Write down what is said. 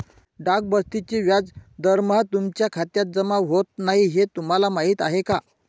डाक बचतीचे व्याज दरमहा तुमच्या खात्यात जमा होत नाही हे तुम्हाला माहीत आहे का?